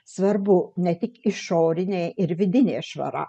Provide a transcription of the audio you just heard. svarbu ne tik išorinė ir vidinė švara